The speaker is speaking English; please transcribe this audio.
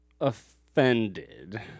offended